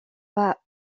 pas